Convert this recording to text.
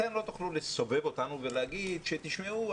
אתם לא תוכלו לסובב אותנו ולהגיד: תשמעו,